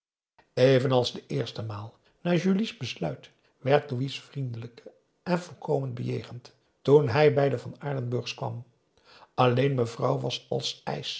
evenals de eerste maal na julie's besluit werd louis vriendelijk en voorkomend bejegend toen hij bij de van aardenburgs kwam alleen mevrouw was als